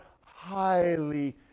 highly